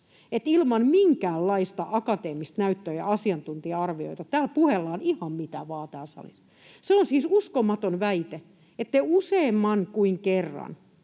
ilman minkäänlaista akateemista näyttöä ja asiantuntija-arvioita puhellaan ihan mitä vaan täällä salissa. Se on siis uskomaton väite, kun te useammin kuin kerran